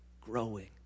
Growing